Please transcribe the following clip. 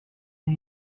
new